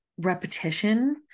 repetition